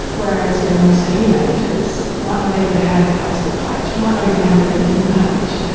whereas you know more senior managers might not even have a facebook page, might not even have a linkedin page.